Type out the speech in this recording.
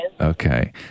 Okay